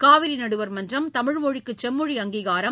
காவிரி நடுவர்மன்றம் தமிழ் மொழிக்கு செம்மொழி அங்கீகாரம்